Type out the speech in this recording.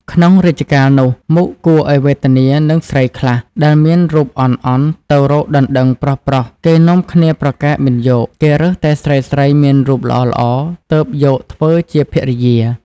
ក្នុងរជ្ជកាលនោះមុខគួរឲ្យវេទនានឹងស្រីខ្លះ ដែលមានរូបអន់ៗទៅរកដណ្តឹងប្រុសៗ គេនាំគ្នាប្រកែកមិនយក គេរើសតែស្រីៗមានរូបល្អៗ ទើបយកធ្វើជាភរិយា។